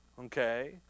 okay